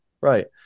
Right